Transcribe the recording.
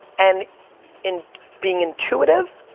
and in being intuitive,